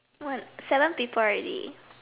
one seven people already